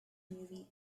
movies